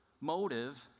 motive